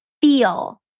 feel